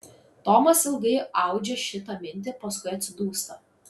tomas ilgai audžia šitą mintį paskui atsidūsta